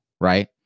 Right